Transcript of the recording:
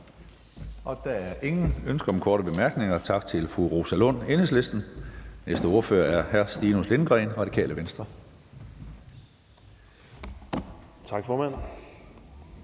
Der er ingen ønsker om korte bemærkninger, så tak til fru Rosa Lund, Enhedslisten. Den næste ordfører er hr. Stinus Lindgreen, Radikale Venstre. Kl.